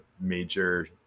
major